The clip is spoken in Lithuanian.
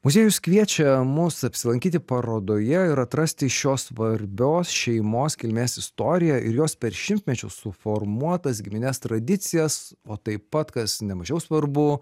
muziejus kviečia mus apsilankyti parodoje ir atrasti šios svarbios šeimos kilmės istoriją ir jos per šimtmečius suformuotas giminės tradicijas o taip pat kas nemažiau svarbu